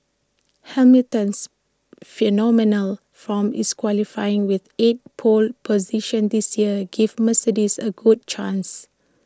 Hamilton's phenomenal form is qualifying with eight pole positions this year gives Mercedes A good chance